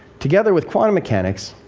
together with quantum mechanics,